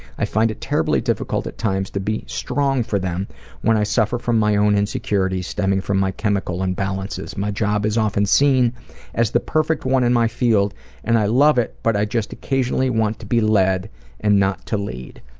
i find it terribly difficult at times to be strong for them when i suffer from my own insecurities stemming from my chemical imbalances. my job is often seen as the perfect one in my field and i love it but i just occasionally want to be led and not to lead.